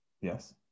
yes